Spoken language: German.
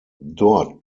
dort